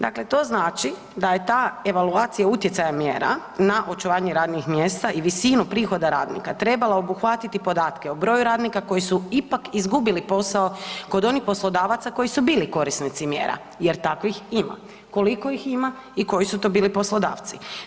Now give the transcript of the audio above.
Dakle, to znači da je ta evaluacija utjecaja mjera na očuvanje radnih mjesta i visinu prihoda radnika trebala obuhvatiti podatke o broju radnika koji su ipak izgubili posao kod onih poslodavaca koji su bili korisnici mjera jer takvih ima, koliko ih ima i koji su to bili poslodavci.